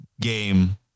game